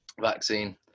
vaccine